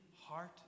heart